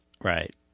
right